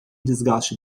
desgaste